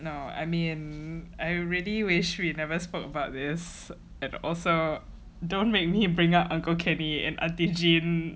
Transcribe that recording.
no I mean I really wish we'd never spoke about this and also don't make me bring up uncle kenny and auntie jean